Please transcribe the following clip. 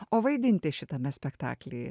o vaidinti šitame spektakly